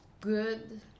good